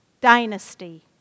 dynasty